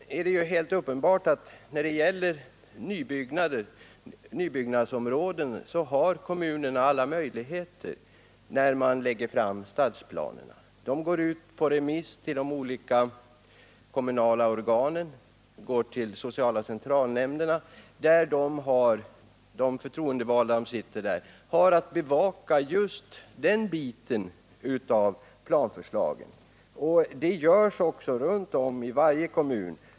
Det är helt uppenbart att kommunerna, när det gäller nybyggnadsområden, har alla möjligheter att reservera mark när stadsplanerna läggs fram. De går ut på remiss till de olika kommunala organen, exempelvis till de sociala centralnämnderna, där de förtroendevalda har att bevaka just den biten av planförslagen. Det görs också runt om i varje kommun.